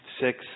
six